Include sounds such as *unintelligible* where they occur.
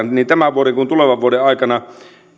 *unintelligible* niin tämän vuoden kuin tulevankin vuoden aikana